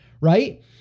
right